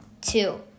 two